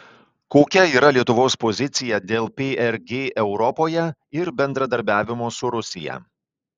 kokia yra lietuvos pozicija dėl prg europoje ir bendradarbiavimo su rusija